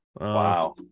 Wow